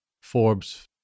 Forbes